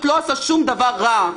לא עושה שום דבר רע.